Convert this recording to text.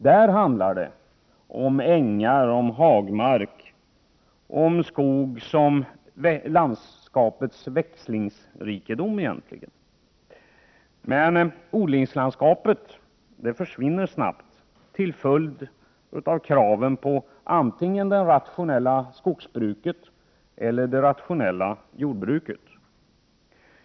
Där handlar det om ängar, hagmark och om skog som egentligen hör samman med landskapets växlingsrikedom. Men odlingslandskapet försvinner snabbt till följd av kraven från antingen det rationella skogsbruket eller det rationella jordbruket.